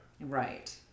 Right